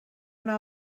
una